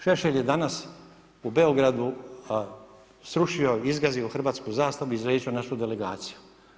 Šešelj je danas u Beogradu srušio, izgazio hrvatsku zastavu, izvrijeđao našu delegaciju.